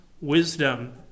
wisdom